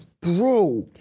bro